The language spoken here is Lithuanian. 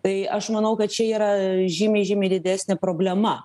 tai aš manau kad čia yra žymiai žymiai didesnė problema